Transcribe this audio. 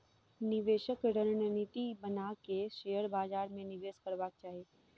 निवेशक रणनीति बना के शेयर बाजार में निवेश करबाक चाही